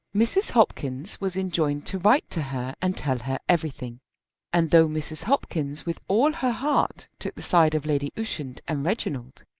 mrs. hopkins was enjoined to write to her and tell her everything and though mrs. hopkins with all her heart took the side of lady ushant and reginald,